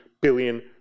billion